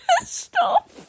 stop